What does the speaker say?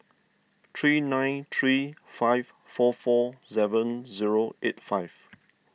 three nine three five four four seven zero eight five